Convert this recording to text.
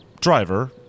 driver